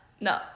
no